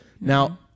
Now